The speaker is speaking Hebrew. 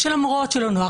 שלמרות שלא נוח,